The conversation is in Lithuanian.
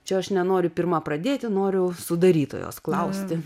čia aš nenoriu pirma pradėti noriu sudarytojos klausti